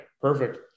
perfect